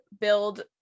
build